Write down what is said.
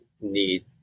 need